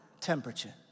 temperature